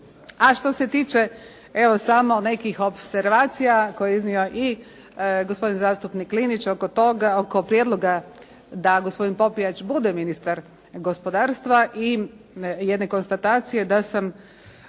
Što se tiče samo nekih opservacija koje je iznio i gospodin zastupnik Linić oko prijedloga da gospodin Popijač bude ministar gospodarstva i jedne konstatacije da sam